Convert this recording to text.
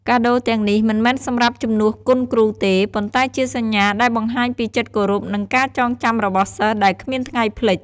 កាដូរទាំងនេះមិនមែនសម្រាប់ជំនួសគុណគ្រូទេ ប៉ុន្តែជាសញ្ញា ដែលបង្ហាញពីចិត្តគោរព និងការចងចាំរបស់សិស្ស ដែលគ្មានថ្ងៃភ្លេច។